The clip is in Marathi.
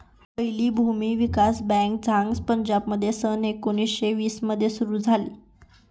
पहिली भूमी विकास बँक झांग पंजाबमध्ये सन एकोणीसशे वीस मध्ये सुरू झाली